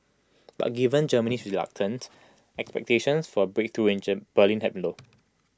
but given Germany's reluctance expectations for A breakthrough in Berlin had been low